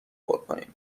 کنیم